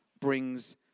brings